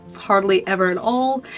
hardly ever at all,